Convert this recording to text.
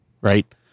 right